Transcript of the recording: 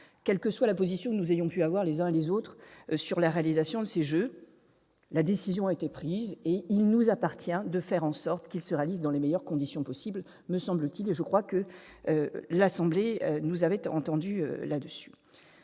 Quelle que soit la position que nous ayons pu avoir, les uns et les autres, sur l'organisation de ces jeux, la décision a été prise, et il nous appartient de faire en sorte qu'ils se réalisent dans les meilleures conditions possible. Je crois que l'Assemblée nationale